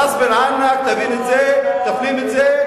"ראס בין ענכ" תבין את זה, תפנים את זה.